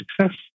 success